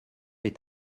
est